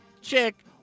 chick